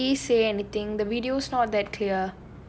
I can't really say anything the video is not that clear